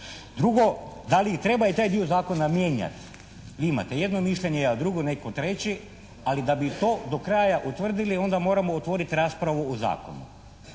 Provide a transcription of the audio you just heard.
Drugo, da li treba i taj dio zakona mijenjati. Vi imate jedno mišljenje, ja drugo, netko treće ali da bi to do kraja utvrdili onda moramo otvoriti raspravu o zakonu.